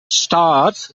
stars